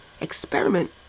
Experiment